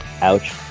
ouch